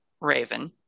Raven